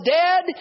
dead